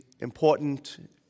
important